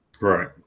right